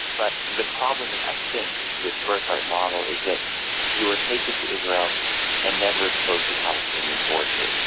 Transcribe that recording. but the problem is i think with birthright model is that you are taken to israel and never exposed to palestinian voices.